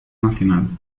nacional